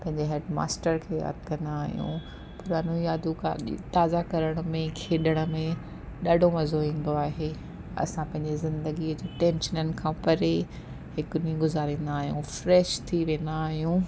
पंहिंजे हेडमास्टर खे यादि कंदा आहियूं पुराणियूं यादियूं ॻाडी ताजा करण में खेॾण में ॾाढो मज़ो ईंदो आहे असां पंहिंजे ज़िंदगीअ जी टेंशननि खां परे हिकु ॾींहुं गुज़ारींदा आहियूं ऐं फ्रैश थी वेंदा आहियूं